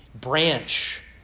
branch